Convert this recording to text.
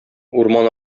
урман